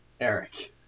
Eric